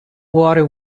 water